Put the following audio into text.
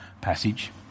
passage